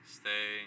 stay